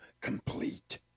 complete